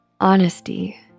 Honesty